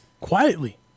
Quietly